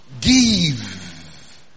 give